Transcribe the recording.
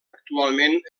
actualment